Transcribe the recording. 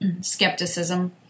skepticism